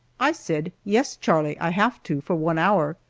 i said, yes, charlie, i have to for one hour.